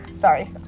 sorry